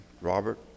Robert